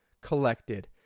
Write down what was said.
collected